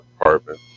apartment